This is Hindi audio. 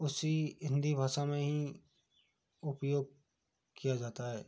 उसी हिंदी भाषा में ही उपयोग किया जाता है